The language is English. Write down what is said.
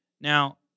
Now